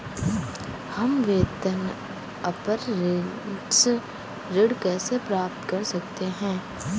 हम वेतन अपरेंटिस ऋण कैसे प्राप्त कर सकते हैं?